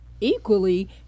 Equally